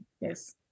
yes